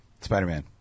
Spider-Man